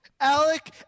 Alec